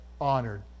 honored